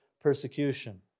persecution